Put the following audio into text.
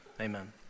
Amen